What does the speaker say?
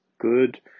good